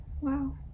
wow